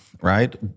right